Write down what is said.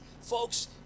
folks